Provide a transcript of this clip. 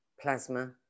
plasma